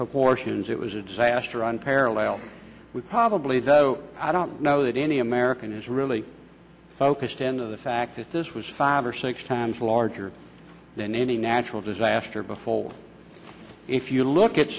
proportions it was a disaster run parallel with probably though i don't know that any american is really focused on the fact that this was five or six times larger than any natural disaster befall if you look at